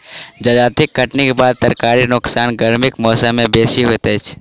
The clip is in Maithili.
जजाति कटनीक बाद तरकारीक नोकसान गर्मीक मौसम मे बेसी होइत अछि